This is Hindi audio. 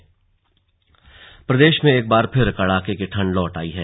स्लग मौसम प्रदेश में एक बार फिर कड़ाके की ठंड लौट आयी है